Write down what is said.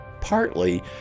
Partly